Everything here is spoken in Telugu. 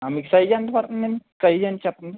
మీకు సైజ్ ఎంత పడుతుందండి సైజ్ ఎంత చెప్పండి